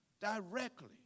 directly